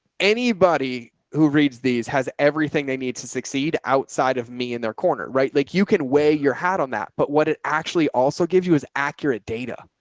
anybody who reads these has everything they need to succeed outside of me in their corner. right? like you can weigh your hat on that, but what it actually also gives you is accurate data.